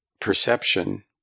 perception